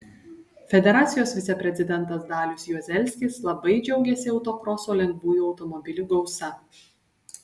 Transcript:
federacijos viceprezidentas dalius juozelskis labai džiaugėsi autokroso lengvųjų automobilių gausa